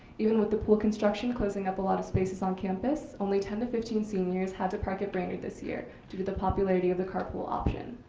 even with the pool construction closing up a lot of spaces on campus, only ten to fifteen seniors had to park at branyard this year due to the popularity of the carpool option.